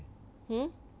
hmm